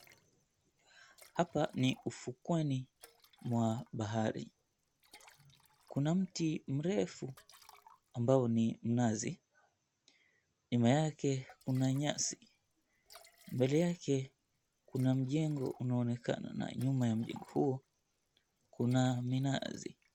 Hapa ni ufukweni wa bahari. Kuna mti mrefu ambao ni mnazi. Nyuma yake kuna nyasi. Mbele yake kuna mjengo unaonekana na nyuma ya mjengo huo kuna minazi.